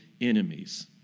enemies